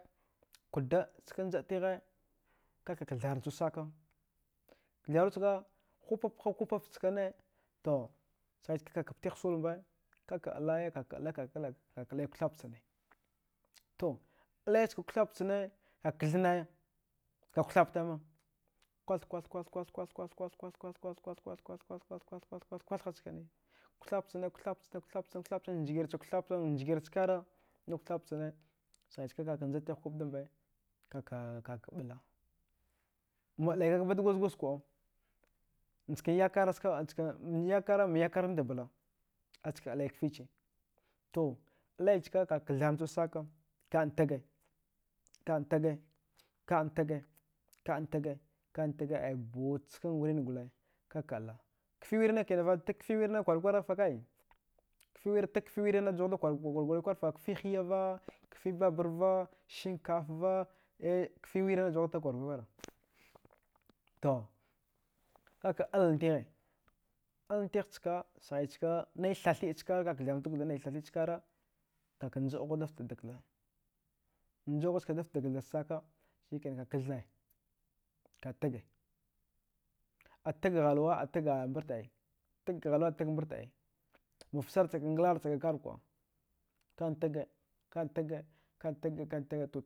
Kudaɗ ska ndjatigh damba kaka ktharnchu sakau ktharuchka kubobha kupaf chkane to sghai chka kaka ptigh sulmba kaka alaya kaka alaya kaka alay kuthapchane to alay chka kuthamchane kaka kathnaya kuthaptama kwath kwath kwath kwath kwath kwath kwath kwath kwath kwath kwathha chkane. kuthapchana kuthapchana kuthapchana kuthapchana ngircha kuthapa ngirchkara nakuthapchana sghai chka kaka njatigh kupdammba kaka kaka ɓla ma alaikak badguzguz kuɗa nchka yakara mayakaran dabla aska alai kfice to alai chka kaka ktharnchu saka kantaga kantaga kantaga kantaga aya buuch skanguringole kaka alaa kfi wirinne kinan fa tag fki wirinne kwaraki kwaragh fa kai tag kfi wirrinna juwaghda kwargurikwarfa kfi hiyava. fki babarva, sinkafva, eh kfi wirinna juwaghda kwarguri kwara tokaka alantighe alantigh chka sghai chka nai thathiɗ chkara kaka ktharanchu dakkatha nai thatiɗ chka kaka njadghudafte dak ktha, njaghuchka dafta dak-kthach saka sikenan kaka kathnaya ka tagga, atag thalwa atag a mbart ai atag ghalwa tag mbartha, mafcharnsak ma nglaransakka kar kuɗa kantaga kantaga kantaga kantaga ko